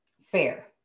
Fair